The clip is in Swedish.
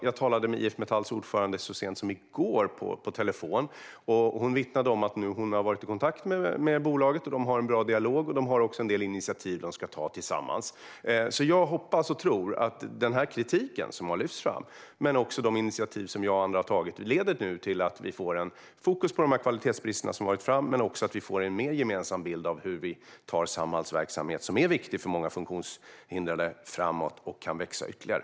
Jag talade med IF Metalls ordförande på telefon så sent som i går, och hon vittnade om att hon har varit i kontakt med bolaget. De har en bra dialog, och de har en del initiativ som de ska ta tillsammans. Jag hoppas och tror att den kritik som har lyfts fram men också de initiativ som jag och andra har tagit leder till att vi får fokus på de kvalitetsbrister som kommit fram - men också till att vi får en mer gemensam bild av hur Samhalls verksamhet, som är viktig för många funktionshindrade, kan tas framåt och växa ytterligare.